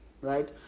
right